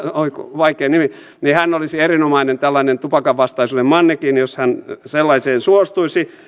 vaikea nimi hän olisi erinomainen tällainen tupakanvastaisuuden mannekiini jos hän sellaiseen suostuisi